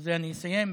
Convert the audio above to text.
בזה אני אסיים.